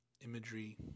imagery